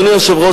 אדוני היושב-ראש,